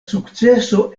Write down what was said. sukceso